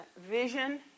vision